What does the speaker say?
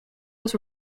was